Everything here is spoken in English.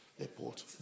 airport